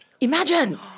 Imagine